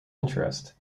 interest